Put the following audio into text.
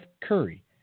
Curry